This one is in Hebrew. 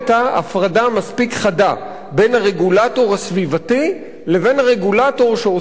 חדה בין הרגולטור הסביבתי לבין הרגולטור שעוסק בקידוחי נפט.